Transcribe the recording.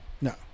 No